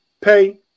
pay